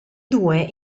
due